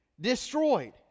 destroyed